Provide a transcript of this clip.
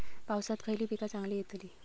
पावसात खयली पीका चांगली येतली?